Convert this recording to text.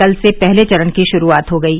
कल से पहले चरण की शुरूआत हो गयी